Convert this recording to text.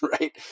right